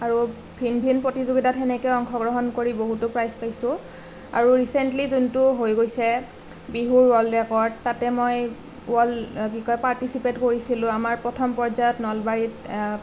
আৰু ভিন ভিন প্ৰতিযোগিতাত সেনেকৈ অংশগ্ৰহণ কৰি বহুতো প্ৰাইজো পাইছো আৰু ৰিচেণ্টলি যোনটো হৈ গৈছে বিহুৰ ৱৰ্লড ৰেকৰ্ড তাতে মই কি কয় পাৰ্টিচিপেত কৰিছিলোঁ আমাৰ প্ৰথম পৰ্যায়ত নলবাৰীত